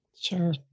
Sure